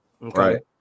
right